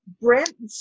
Brent